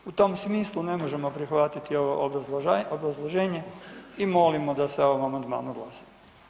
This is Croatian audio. U tom smislu ne možemo prihvatiti ovo obrazloženje i molimo da se o ovom amandmanu glasa.